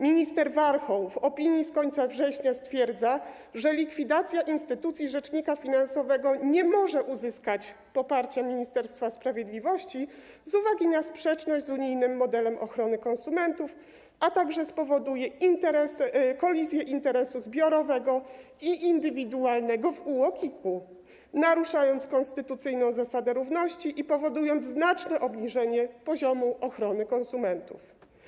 Minister Warchoł w opinii z końca września stwierdza, że likwidacja instytucji rzecznika finansowego nie może uzyskać poparcia Ministerstwa Sprawiedliwości z uwagi na sprzeczność z unijnym modelem ochrony konsumentów, a także dlatego, że spowoduje kolizję interesu zbiorowego i indywidualnego w UOKiK-u, naruszając konstytucyjną zasadę równości i powodując znaczne obniżenie poziomu ochrony konsumentów.